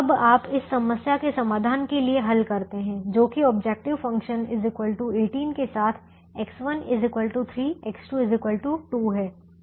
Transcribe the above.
अब आप इस समस्या के समाधान के लिए हल करते हैं जो कि ऑब्जेक्टिव फंक्शन 18 के साथ X1 3 X2 2 है